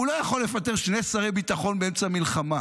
הוא לא יכול לפטר שני שרי ביטחון באמצע מלחמה.